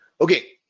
Okay